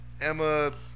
Emma